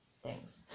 Thanks